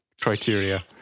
criteria